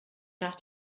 nach